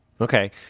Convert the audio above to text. Okay